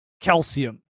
calcium